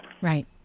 Right